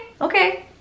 Okay